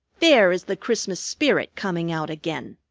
there is the christmas spirit coming out again,